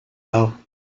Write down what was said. though